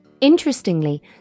Interestingly